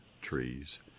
trees